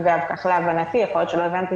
אגב כך להבנתי, יכול להיות שלא הבנתי